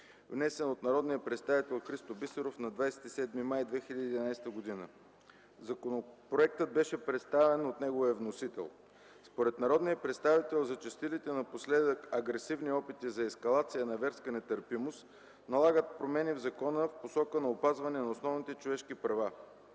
внесен от народния представител Христо Бисеров на 27 май 2011 г. Законопроектът беше представен от неговия вносител. Според народния представител зачестилите напоследък агресивни опити за ескалация на верска нетърпимост налагат промени в закона в посока на опазване на основните човешки права.